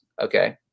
Okay